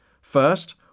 First